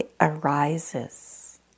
arises